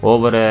Over